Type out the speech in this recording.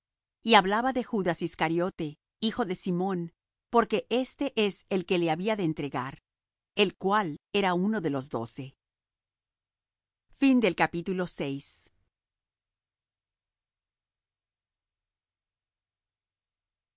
y hablaba de judas iscariote hijo de simón porque éste era el que le había de entregar el cual era uno de los doce y pasadas